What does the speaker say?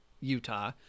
Utah